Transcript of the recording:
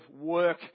work